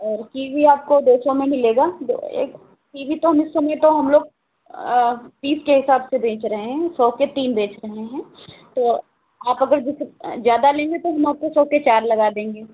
और कीवी आपको दो सौ में मिलेगा दो एक कीवी तो हम इस समय तो हम लोग तीस के हिसाब से बेच रहे हैं सौ के तीन बेच रहे हैं तो आप अगर जैसे ज़्यादा लेंगे तो हम आपको सौ के चार लगा देंगे